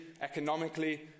economically